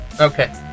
Okay